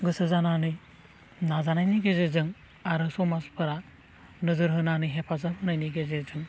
गोसो जानानै नाजानायनि गेजेरजों आरो समाजफोरा नोजोर होनानै हेफाजाब होनायनि गेजेरजों